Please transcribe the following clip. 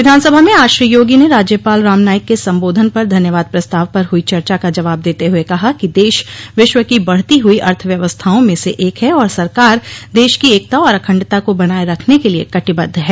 विधानसभा में आज श्री योगी ने राज्यपाल राम नाईक के संबोधन पर धन्यवाद प्रस्ताव पर हुई चर्चा का जवाब देते हुए कहा कि दश विश्व की बढ़ती हुई अर्थव्यवस्थाओं में से एक है और सरकार देश की एकता और अखंडता को बनाये रखने के लिए कटिबद्ध है